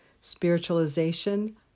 spiritualization